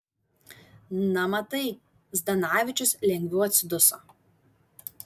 na matai zdanavičius lengviau atsiduso